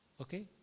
Okay